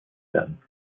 werden